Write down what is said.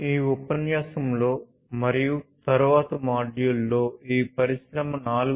ఈ ఉపన్యాసంలో మరియు తరువాతి మాడ్యూళ్ళలో ఈ పరిశ్రమ 4